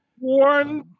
One